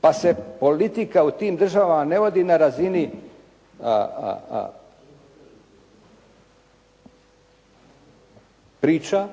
pa se politika u tim državama ne vodi na razini priča